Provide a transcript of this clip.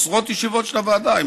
עשרות ישיבות של הוועדה,